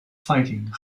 fighting